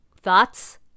Thoughts